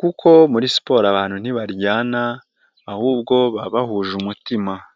kuko muri siporo abantu ntibaryana ahubwo baba bahuje umutima.